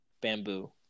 Bamboo